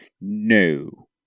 No